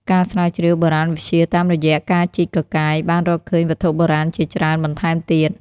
ការស្រាវជ្រាវបុរាណវិទ្យាតាមរយៈការជីកកកាយ បានរកឃើញវត្ថុបុរាណជាច្រើនបន្ថែមទៀត។